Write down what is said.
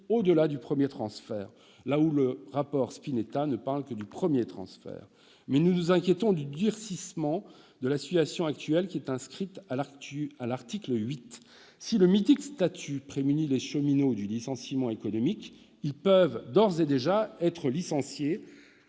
au-delà du premier transfert, là où le rapport Spinetta ne parle que du premier transfert. En revanche, nous nous inquiétons du durcissement de la législation actuelle, qui est inscrite à l'article 8. Si le mythique statut prémunit les cheminots contre le licenciement économique, ils peuvent d'ores et déjà être licenciés